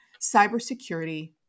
cybersecurity